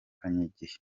n’igihe